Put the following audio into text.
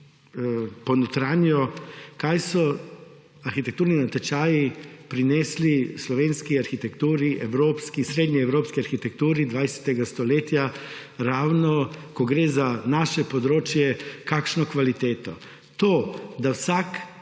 ponotranjijo, kaj so arhitekturni natečaji prinesli slovenski arhitekturi, evropski, srednjeevropski arhitekturi 20. stoletja, ravno ko gre za naše področje, kakšno kvaliteto. To, da vsak,